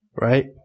right